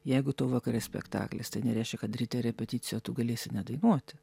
jeigu tau vakare spektaklis tai nereiškia kad ryte repeticijo tu galėsi nedainuoti